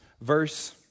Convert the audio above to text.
verse